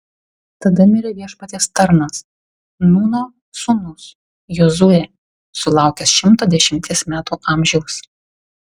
tada mirė viešpaties tarnas nūno sūnus jozuė sulaukęs šimto dešimties metų amžiaus